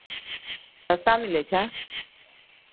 सस्ता मिलै छै